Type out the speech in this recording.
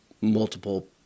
multiple